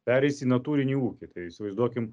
pereis į natūrinį ūkį tai įsivaizduokim